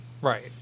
Right